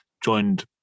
joined